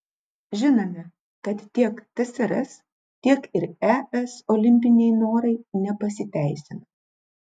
žinome kad tiek tsrs tiek ir es olimpiniai norai nepasiteisino